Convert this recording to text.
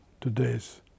today's